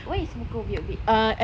what is muka obek-obek